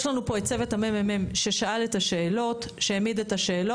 יש לנו פה את צוות הממ"מ שהעמיד את השאלות.